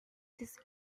this